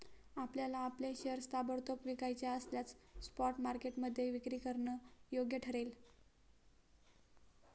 आपल्याला आपले शेअर्स ताबडतोब विकायचे असल्यास स्पॉट मार्केटमध्ये विक्री करणं योग्य ठरेल